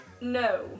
No